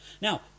Now